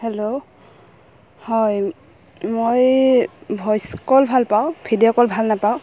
hello হয় মই voice call ভাল পাওঁ ভিডিঅ' কল ভাল নাপাওঁ